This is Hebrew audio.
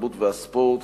התרבות והספורט